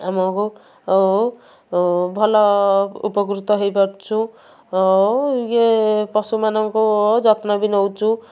ଆମକୁ ଭଲ ଉପକୃତ ହେଇପାରୁଛୁ ଇଏ ପଶୁମାନଙ୍କୁ ଯତ୍ନ ବି ନେଉଚୁ